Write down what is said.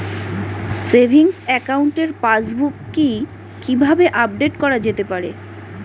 Savings একাউন্টের passbook কি কিভাবে আপডেট করা যেতে পারে?